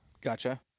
Gotcha